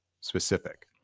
specific